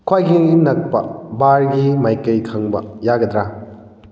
ꯈ꯭ꯋꯥꯏꯗꯒꯤ ꯅꯛꯄ ꯕꯥꯔꯒꯤ ꯃꯥꯏꯀꯩ ꯈꯪꯕ ꯌꯥꯒꯗ꯭ꯔꯥ